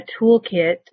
toolkit